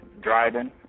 driving